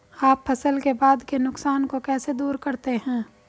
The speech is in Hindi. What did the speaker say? आप फसल के बाद के नुकसान को कैसे दूर करते हैं?